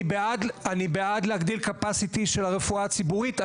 אני בעד להגדיל capacity של הרפואה הציבורית.